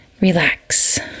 relax